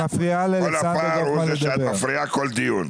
כל הפער הוא שאת מפריעה בכל דיון.